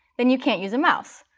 then you can't use a mouse.